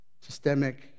systemic